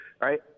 right